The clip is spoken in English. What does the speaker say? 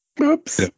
Oops